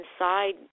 inside